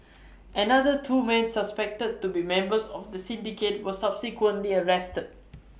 another two men suspected to be members of the syndicate were subsequently arrested